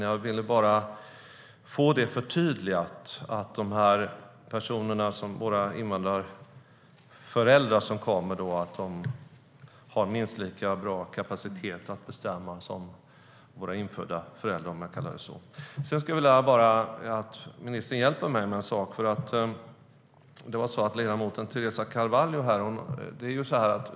Jag ville bara få det förtydligat att våra invandrarföräldrar som kommer har minst lika bra kapacitet att bestämma som våra infödda föräldrar, om jag kallar dem så. Sedan skulle jag vilja att ministern hjälper mig med en sak. Det gäller något som ledamoten Teresa Carvalho sade.